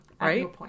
Right